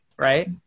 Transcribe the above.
right